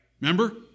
Remember